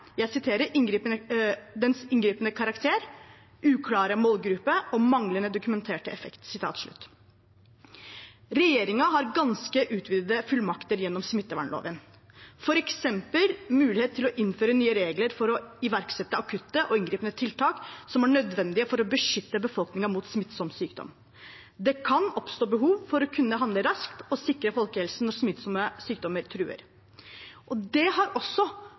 dens «inngripende karakter, uklare målgruppe og manglende dokumentert effekt.» Regjeringen har ganske utvidede fullmakter gjennom smittevernloven, f.eks. mulighet til å innføre nye regler for å iverksette akutte og inngripende tiltak som er nødvendige for å beskytte befolkningen mot smittsom sykdom. Det kan oppstå behov for å kunne handle raskt og sikre folkehelsen når smittsomme sykdommer truer. Det har også